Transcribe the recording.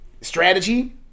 strategy